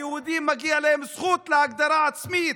ליהודים מגיעה זכות להגדרה עצמית,